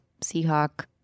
Seahawk